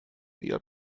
näher